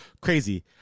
Crazy